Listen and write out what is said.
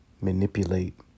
Manipulate